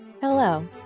Hello